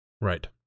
Right